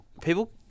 people